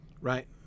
right